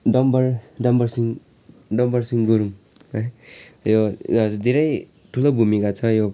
डम्बर डम्बरसिंह डम्बरसिंह गुरुङ है यो यिनीहरू चाहिँ धेरै ठुलो भूमिका छ यो